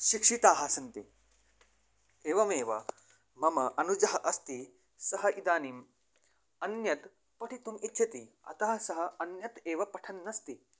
शिक्षिताः सन्ति एवमेव मम अनुजः अस्ति सः इदानीम् अन्यत् पठितुम् इच्छति अतः सः अन्यत् एव पठन् अस्ति